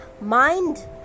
mind